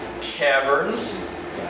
caverns